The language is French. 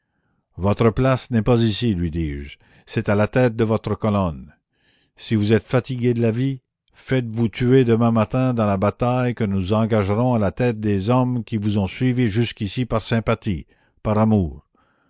votre place n'est pas ici lui dis-je c'est à la tête de votre colonne si vous êtes fatigué de la vie faitesvous tuer demain matin dans la bataille que nous engagerons à la tête des hommes qui vous ont suivi jusqu'ici par sympathie par amour